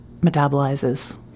metabolizes